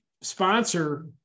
sponsor